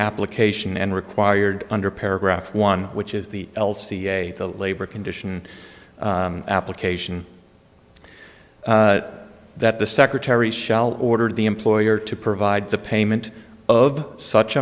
application and required under paragraph one which is the l c a the labor condition application that the secretary shall order the employer to provide the payment of such